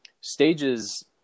stages